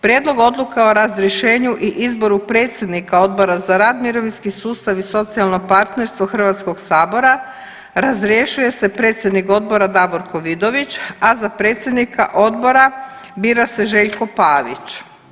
Prijedlog odluke o razrješenju i izboru predsjednika Odbora za rad, mirovinski sustav i socijalno partnerstvo Hrvatskog sabora razrješuje se predsjednik Odbora Davorko Vidović, a za predsjednika Odbora bira se Željko Pavić.